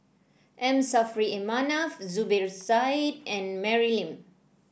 M Saffri A Manaf Zubir Said and Mary Lim